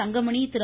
Thangamani Thiru